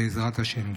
בעזרת השם.